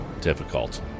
difficult